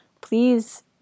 please